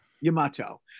Yamato